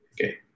okay